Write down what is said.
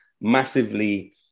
massively